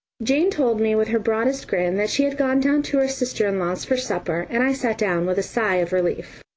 jane told me with her broadest grin that she had gone down to her sister-in-law's for supper, and i sat down with a sigh of relief.